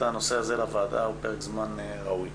הנושא הזה לוועדה הוא פרק זמן ראוי.